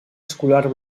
escolar